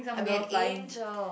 I'll be an angel